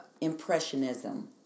impressionism